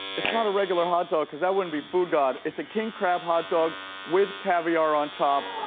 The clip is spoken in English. it's not a regular hot dog because that wouldn't be foodgod. it's a king crab hot dog with caviar on top.